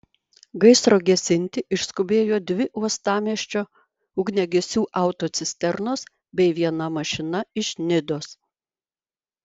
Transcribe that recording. gaisro gesinti išskubėjo dvi uostamiesčio ugniagesių autocisternos bei viena mašina iš nidos